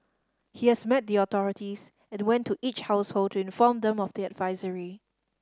he has met the authorities and went to each household to inform them of the advisory